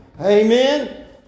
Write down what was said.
Amen